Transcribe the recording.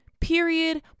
period